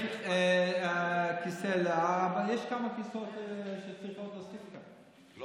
יש כמה כיסאות שצריך עוד להוסיף כאן.